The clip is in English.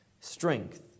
strength